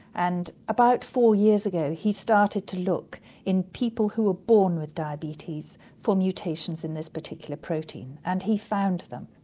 and about four years ago he started to look in people who were born with diabetes for mutations in this particular protein, and he found them.